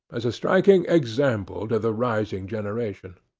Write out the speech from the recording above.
as a striking example to the rising generation.